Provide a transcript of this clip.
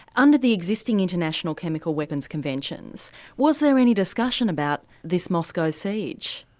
under the existing international chemical weapons conventions was there any discussion about this moscow siege?